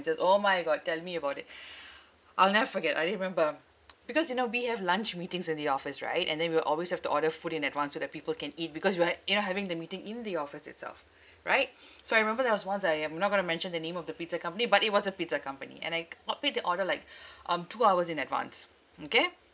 oh my god tell me about it I'll never forget I remember because you know we have lunch meetings in the office right and then we'll always have to order food in advance so that people can eat because we are we are having the meeting in the office itself right so I remember there was once I am not going to mention the name of the pizza company but it was a pizza company and I complete the order like um two hours in advance mm kay